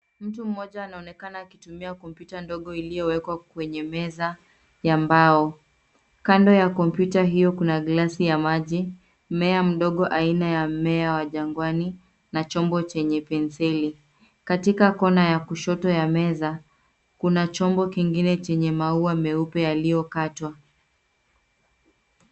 Mtu mmoja anaonekana akitumia kompyuta ndogo iliyowekwa kwenye meza ya mbao. Kando ya kompyuta hiyo kuna [csglasi ya maji, mmea mdogo aina ya mmea wa jangwani na chombo chenye penseli. Katika kona ya kushoto ya meza kuna chombo kingine chenye maua meupe yaliyokatwa.